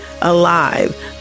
alive